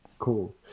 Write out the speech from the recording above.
cool